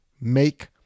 make